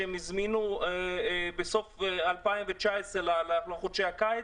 שהם הזמינו בסוף 2019 לחודשי הקיץ.